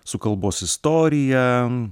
su kalbos istorija